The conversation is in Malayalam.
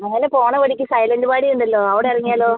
മേലെ പോവുന്ന വഴിക്ക് സൈലൻറ് വാലി ഉണ്ടല്ലോ അവിടെ ഇറങ്ങിയാലോ